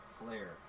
Flare